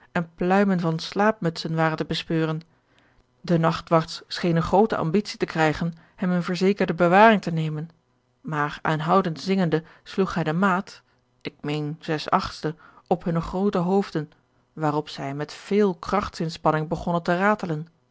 en pluimen van slaapmutsen waren te bespeuren de nachtwachts schenen groote ambitie te krijgen hem in verzekerde bewaring te nemen maar aanhoudend zingende sloeg hij de maat ik meen zes acht op hunne groote hoofden waarop zij met veel krachtsinspanning begonnen te ratelen